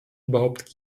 überhaupt